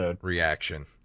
reaction